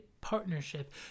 partnership